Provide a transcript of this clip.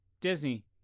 Disney